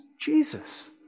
Jesus